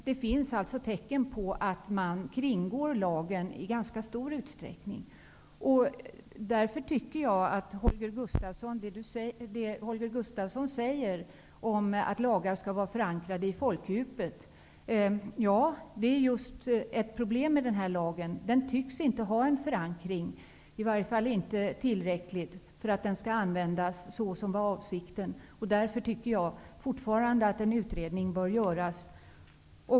Det finns alltså tecken på att man kringgår lagen i ganska stor utsträckning. Därför är just det Holger Gustafsson säger om att lagar skall vara förankrade i folkdjupet problemet med den här lagen. Den tycks inte ha en förankring, i alla fall inte tillräckligt för att den skall användas så som avsikten var. Därför anser jag fortfarande att en utredning bör göras.